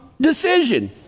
decision